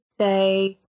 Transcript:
say